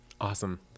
Awesome